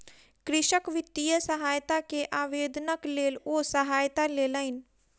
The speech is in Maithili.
कृषक वित्तीय सहायता के आवेदनक लेल ओ सहायता लेलैन